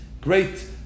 great